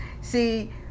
See